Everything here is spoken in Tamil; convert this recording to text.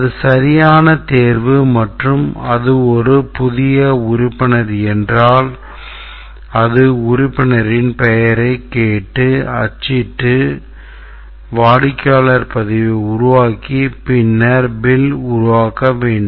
அது சரியான தேர்வு மற்றும் அது ஒரு புதிய உறுப்பினர் என்றால் அது உறுப்பினர்களின் பெயரைக் கேட்டு அச்சிட்டு வாடிக்கையாளர் பதிவை உருவாக்கி பின்னர் bill உருவாக்க வேண்டும்